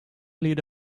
lead